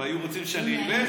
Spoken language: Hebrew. אם היו רוצים שאני אלך,